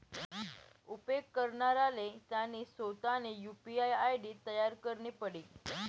उपेग करणाराले त्यानी सोतानी यु.पी.आय आय.डी तयार करणी पडी